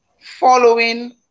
following